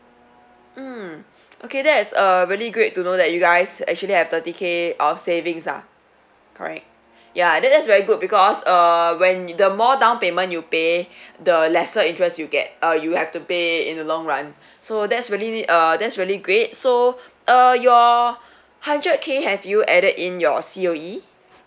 mm okay that's uh really great to know that you guys actually have thirty K of savings ah correct ya that that is very good because uh when the more down payment you pay the lesser interest you get uh you have to pay in the long run so that's really uh that's really great so uh your hundred K have you added in your C_O_E